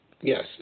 Yes